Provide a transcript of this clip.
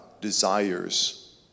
desires